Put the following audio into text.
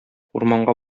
урманга